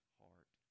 heart